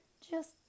Just